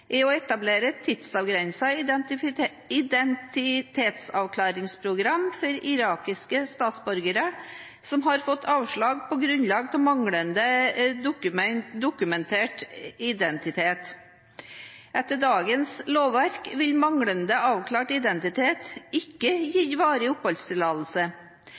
er å etablere et tidsavgrenset identitetsavklaringsprogram for irakiske statsborgere som har fått avslag på grunnlag av manglende dokumentert identitet. Etter dagens lovverk vil manglende avklart identitet ikke gi varig oppholdstillatelse.